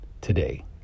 Today